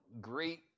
Great